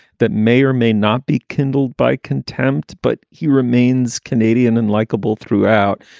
that may or may not be kindled by contempt, but he remains canadian and likeable throughout.